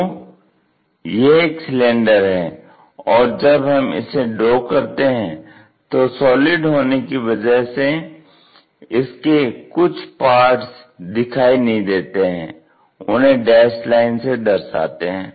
तो यह एक सिलिंडर है और जब हम इसे ड्रा करते हैं तो सॉलिड होने की वजह से इसके कुछ पार्ट्स दिखाई नहीं देते हैं उन्हें डैस्ड लाइन से दर्शाते हैं